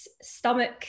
stomach